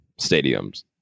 stadiums